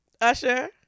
Usher